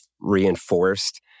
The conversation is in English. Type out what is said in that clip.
reinforced